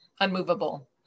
unmovable